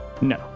No